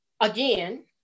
again